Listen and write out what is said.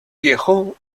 viejo